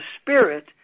spirit